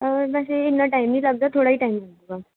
ਹਾਂ ਵੈਸੇ ਇੰਨਾ ਟਾਈਮ ਨਹੀਂ ਲੱਗਦਾ ਥੋੜ੍ਹਾ ਹੀ ਟਾਈਮ ਲੱਗੂਗਾ